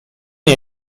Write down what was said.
nie